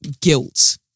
guilt